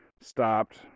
stopped